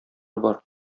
бар